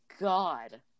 God